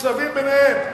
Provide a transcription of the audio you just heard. מוצלבים ביניהם.